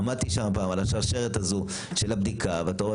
עמדתי שם פעם על השרשרת הזו של הבדיקה ואתה רואה